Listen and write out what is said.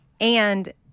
And-